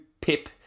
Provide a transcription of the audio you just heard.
pip